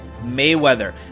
Mayweather